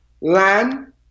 land